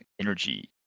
energy